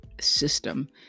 system